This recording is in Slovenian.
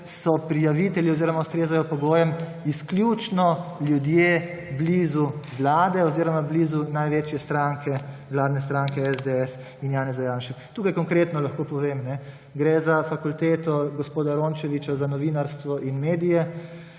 so prijavitelji oziroma ustrezajo pogojem izključno ljudje blizu vlade oziroma blizu največje stranke, vladne stranke SDS in Janeza Janše. Tukaj konkretno lahko povem, gre za fakulteto gospoda Rončevića za novinarstvo in medije,